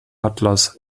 atlas